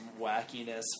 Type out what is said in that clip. wackiness